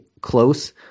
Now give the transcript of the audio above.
close